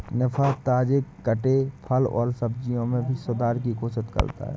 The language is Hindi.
निफा, ताजे कटे फल और सब्जियों में भी सुधार की कोशिश करता है